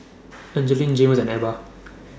Angelique Jaymes and Ebba